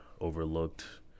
overlooked